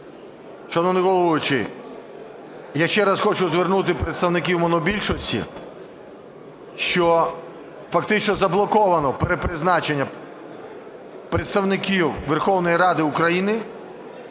Шановний головуючий! Я ще раз хочу звернути представників монобільшості, що фактично заблоковано перепризначення представників Верховної Ради України